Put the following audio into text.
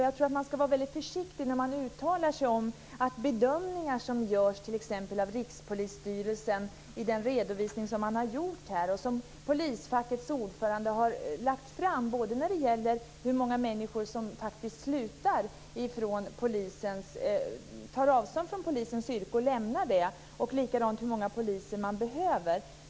Jag tror att man ska vara väldigt försiktig när man uttalar sig om bedömningar som gjorts t.ex. av Rikspolisstyrelsen i den redovisning som den har gjort och av polisfackets ordförande både när det gäller hur många människor som faktiskt tar avstånd från polisyrket och lämnar det och när det gäller hur många poliser som behövs.